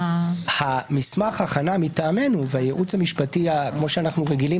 מסמך ההכנה מטעמנו והייעוץ המשפטי שאנחנו רגילים